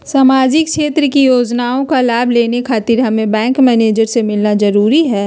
सामाजिक क्षेत्र की योजनाओं का लाभ लेने खातिर हमें बैंक मैनेजर से मिलना जरूरी है?